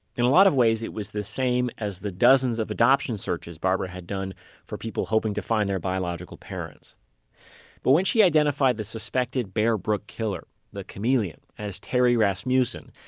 in a lot of ways it was the same as the dozens of adoption searches barbara had done for people hoping to find their biological parents but when she identified the suspected bear brook killer, the chameleon, as terry rasmussen,